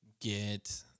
get